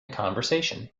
conversation